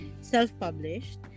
self-published